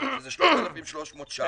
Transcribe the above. שזה 3,300 שקלים.